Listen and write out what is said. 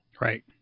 Right